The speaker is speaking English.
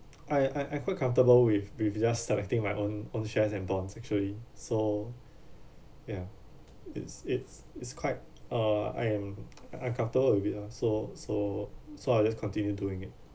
I I I quite comfortable with with just selecting my own own shares and bonds actually so ya it's it's it's quite uh I am I I comfortable with it ah so so so I'll just continue doing it